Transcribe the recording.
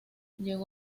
llegó